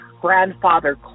grandfather